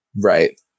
right